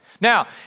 Now